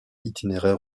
itinéraire